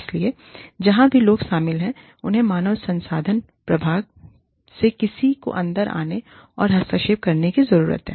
इसलिए जहां भी लोग शामिल हैं हमें मानव संसाधन प्रभाग से किसी को अंदर आने और हस्तक्षेप करने की जरूरत है